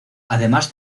además